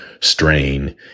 strain